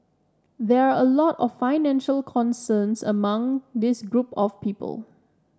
there are a lot of financial concerns among this group of people